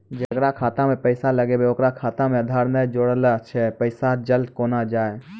जेकरा खाता मैं पैसा लगेबे ओकर खाता मे आधार ने जोड़लऽ छै पैसा चल कोना जाए?